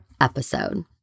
episode